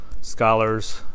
scholars